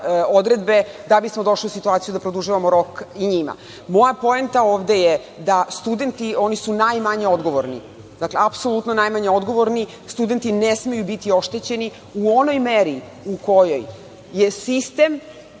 odredbe, da bismo došli u situaciju da produžavamo rok i njima. Moja poenta ovde je da studenti, oni su najmanje odgovorni, dakle, apsolutno najmanje odgovorni. Studenti ne smeju biti oštećeni u onoj meri u kojoj je sistem